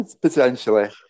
Potentially